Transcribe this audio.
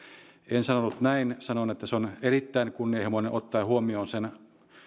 en sanonut näin sanoin että se on erittäin kunnianhimoinen ottaen huomioon sen